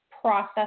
process